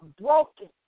broken